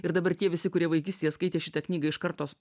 ir dabar tie visi kurie vaikystėje skaitė šitą knygą iš karto